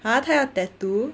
!huh! 她要 tattoo